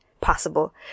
possible